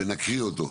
ונקריא אותו.